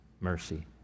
mercy